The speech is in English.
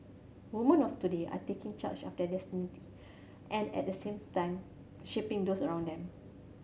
woman of today are taking charge of their destiny and at the same time shaping those around them